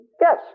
Yes